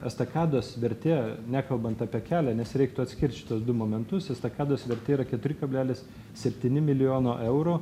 estakados vertė nekalbant apie kelią nes reiktų atskirt šituos du momentus estakados vertė yra keturi kablelis septyni milijono eurų